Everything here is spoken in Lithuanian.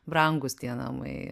brangūs tie namai